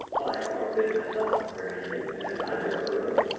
i farm a bit myself, i reminded him, and i had never heard of them.